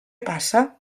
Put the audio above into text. passa